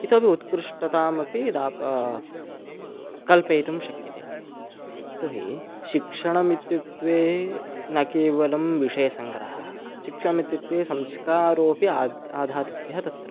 इतोपि उत्कृष्टतामपि दाप् कल्पयितुं शक्यते यतो हि शिक्षणम् इत्युक्ते न केवलं विषयसङ्ग्रहः शिक्षणमित्युक्ते संस्कारोपि आद् आधातव्यः तत्र